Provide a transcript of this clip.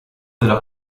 della